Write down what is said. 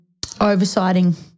oversighting